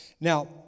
Now